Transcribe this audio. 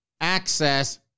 access